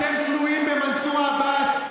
אתם תלויים במנסור עבאס,